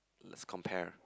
let's compare